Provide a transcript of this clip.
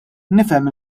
nifhem